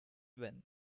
win